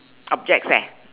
objects eh